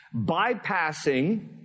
bypassing